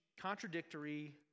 contradictory